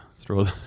Throw